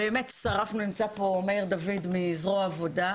נמצא פה מאיר דוד מזרוע העבודה,